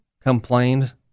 complained